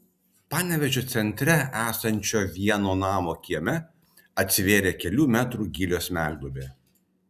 panevėžio centre esančio vieno namo kieme atsivėrė kelių metrų gylio smegduobė